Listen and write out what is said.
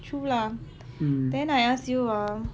true lah then I ask you ah